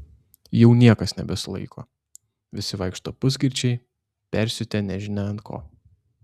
jau niekas nebesulaiko visi vaikšto pusgirčiai persiutę nežinia ant ko